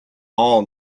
all